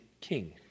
king